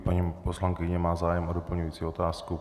Paní poslankyně má zájem o doplňující otázku.